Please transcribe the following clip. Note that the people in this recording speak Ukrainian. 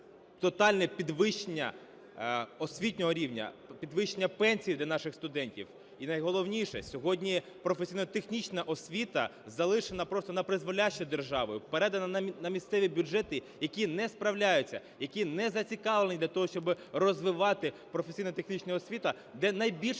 тотальне підвищення освітнього рівня, підвищення пенсій для наших студентів. І найголовніше, сьогодні професійно-технічна освіта залишена просто напризволяще державою, передана на місцеві бюджети, які не справляються, які не зацікавлені для того, щоби розвивати професійно-технічну освіту, де найбільше